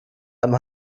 einem